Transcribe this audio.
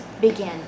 begin